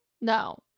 No